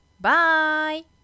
Bye